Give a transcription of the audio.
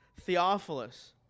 Theophilus